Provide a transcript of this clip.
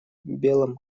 белом